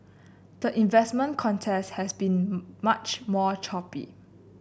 the investment contest has been much more choppy